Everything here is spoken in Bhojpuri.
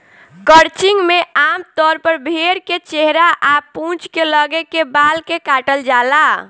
क्रचिंग में आमतौर पर भेड़ के चेहरा आ पूंछ के लगे के बाल के काटल जाला